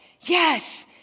Yes